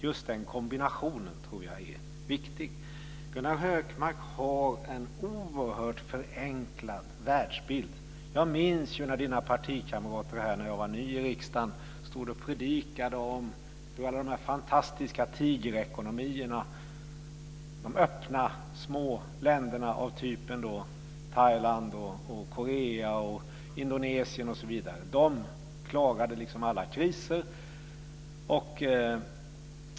Just den kombinationen tror jag är viktig. Gunnar Hökmark har en oerhört förenklad världsbild. Jag minns när hans partikamrater när jag var ny i riksdagen stod och predikade om hur alla de fantastiska tigerekonomierna - de öppna små länderna av typen Thailand, Korea, Indonesien osv. - klarade alla kriser.